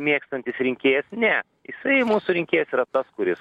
mėgstantis rinkėjas ne jisai mūsų surinkėjas yra tas kuris